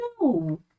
No